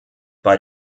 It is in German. bei